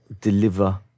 deliver